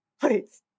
please